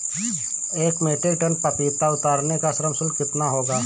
एक metric tonne पपीता उतारने का श्रम शुल्क कितना होगा?